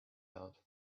out